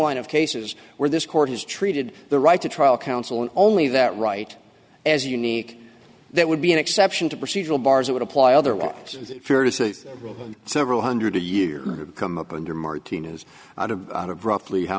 line of cases where this court has treated the right to trial counsel and only that right as unique that would be an exception to procedural bars would apply otherwise is it fair to say several hundred a year come up under martina's out of out of roughly how